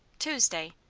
tuesday!